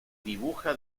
dibuja